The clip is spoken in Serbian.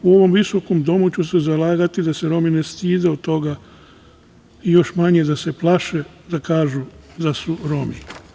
U ovom visokom domu ću se zalagati da se Romi ne stide od toga i još manje da se plaše da kažu da su Romi.